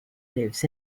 lives